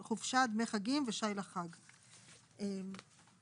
חישוב לפי גובה השי לחג פעמיים בשנה,